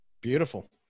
Beautiful